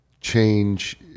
change